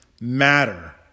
matter